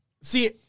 See